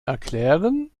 erklären